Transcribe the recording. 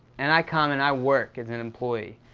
and i come and i work as an employee.